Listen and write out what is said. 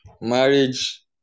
Marriage